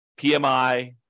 PMI